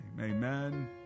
Amen